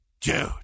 Dude